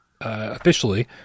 officially